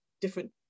different